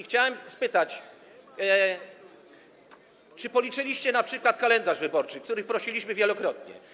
Chciałem spytać: Czy policzyliście np. kalendarz wyborczy, o co prosiliśmy wielokrotnie?